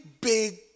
big